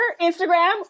instagram